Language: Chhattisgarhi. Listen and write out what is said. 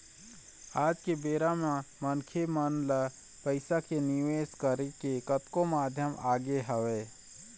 आज के बेरा म मनखे मन ल पइसा के निवेश करे के कतको माध्यम आगे हवय